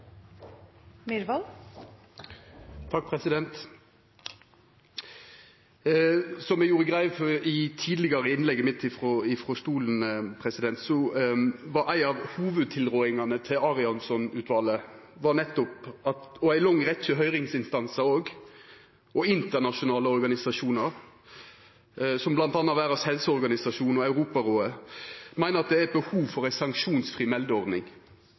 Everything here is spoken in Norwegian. Som eg gjorde greie for i det tidlegare innlegget mitt frå talarstolen, var ei av hovudtilrådingane til Arianson-utvalet, ei lang rekkje høyringsinstansar og internasjonale organisasjonar, som bl.a. Verdas helseorganisasjon og Europarådet, at det er behov for ei sanksjonsfri meldeordning.